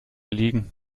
liegen